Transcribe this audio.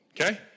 Okay